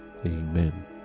amen